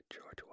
George